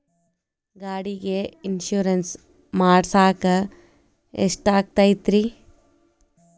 ಗಾಡಿಗೆ ಇನ್ಶೂರೆನ್ಸ್ ಮಾಡಸಾಕ ಎಷ್ಟಾಗತೈತ್ರಿ?